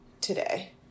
today